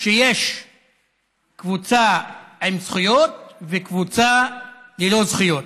שיש קבוצה עם זכויות וקבוצה ללא זכויות,